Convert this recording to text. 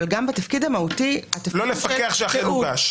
אבל גם בתפקיד המהותי --- לא לפקח שאכן הוגש.